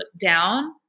down